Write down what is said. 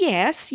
Yes